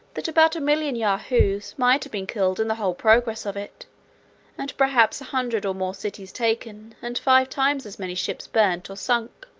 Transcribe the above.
that about a million of yahoos might have been killed in the whole progress of it and perhaps a hundred or more cities taken, and five times as many ships burnt or sunk.